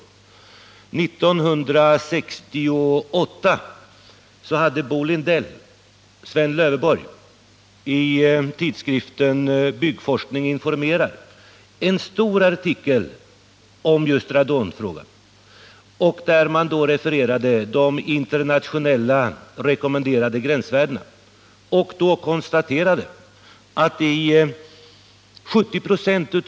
År 1968 hade Bo Lindell och Sven Löfveberg i tidskriften Byggforskningen informerat i en stor artikel om just radonfrågan. Man refererade de internationella rekommenderade gränsvärdena och konstaterade att i 70 ?